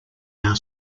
our